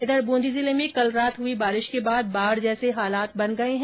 इधर ब्रंदी जिले में कल रात हुई बारिश के बाद बाढ जैसे हालात हो गए है